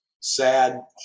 Sad